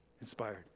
inspired